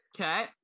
Okay